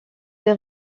des